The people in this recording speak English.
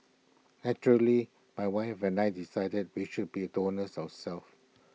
naturally my wife and I decided we should be donors ourself